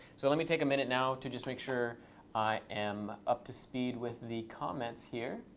so let me take a minute now to just make sure i am up to speed with the comments here.